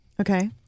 Okay